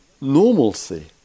normalcy